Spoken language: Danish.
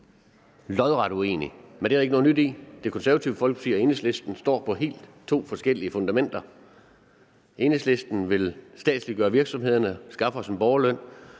lodret uenig. Men det er der ikke noget nyt i. Det Konservative Folkeparti og Enhedslisten står på to helt forskellige fundamenter: Enhedslisten vil statsliggøre virksomhederne, skaffe vores borgerløn